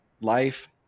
life